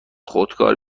خودکار